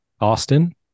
Austin